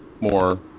more